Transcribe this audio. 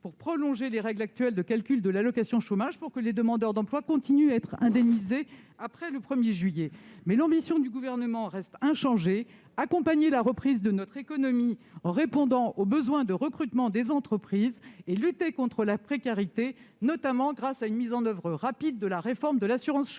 pour prolonger les règles actuelles de calcul de l'allocation chômage, afin que les demandeurs d'emploi continuent d'être indemnisés après le 1 juillet. L'ambition du Gouvernement reste inchangée : accompagner la reprise de notre économie en répondant aux besoins de recrutement des entreprises et lutter contre la précarité, notamment grâce à une mise en oeuvre rapide de la réforme de l'assurance chômage.